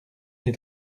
les